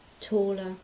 taller